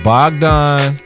Bogdan